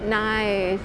nice